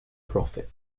profit